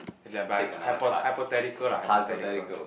it's like by hypo~ hypothetical lah hypothetical